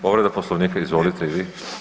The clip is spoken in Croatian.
Povreda Poslovnika, izvolite i vi.